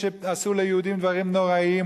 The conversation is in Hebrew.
כשעשו ליהודים דברים נוראים,